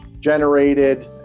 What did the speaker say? generated